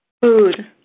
Food